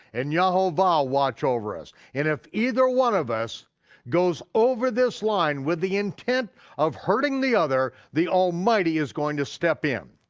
and yehovah watch over us, and if either one of us goes over this line with the intent of hurting the other, the almighty is going to step in.